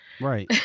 Right